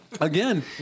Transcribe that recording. Again